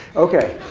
ok,